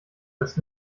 als